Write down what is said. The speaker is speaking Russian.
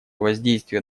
воздействие